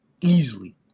easily